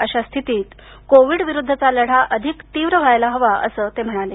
अशा स्थितीत कोविड विरुद्धचा लढा अधिक तीव्र करायला हवा असं ते म्हणाले